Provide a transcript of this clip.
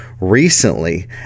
Recently